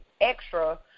extra